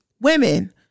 Women